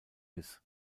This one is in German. ist